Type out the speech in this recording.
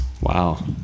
Wow